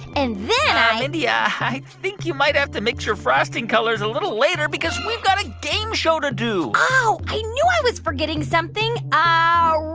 and then i. mindy, yeah i think you might have to mix your frosting colors a little later because we've got a game show to do oh, i knew i was forgetting something. ah